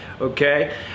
okay